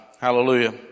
Hallelujah